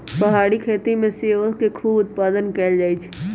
पहारी खेती में सेओ के खूब उत्पादन कएल जाइ छइ